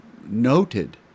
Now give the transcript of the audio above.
noted